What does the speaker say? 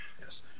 Yes